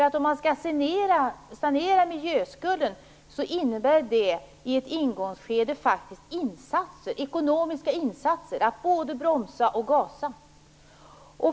Att sanera miljöskulden innebär faktiskt ekonomiska insatser i ett ingångsskede. Det handlar om att både bromsa och gasa.